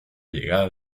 llegada